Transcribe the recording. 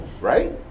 right